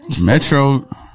Metro